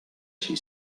she